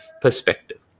perspective